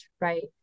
right